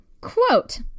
Quote